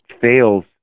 fails